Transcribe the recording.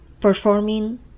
Performing